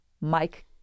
Mike